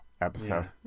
episode